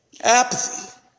Apathy